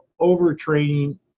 overtraining